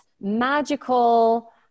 magical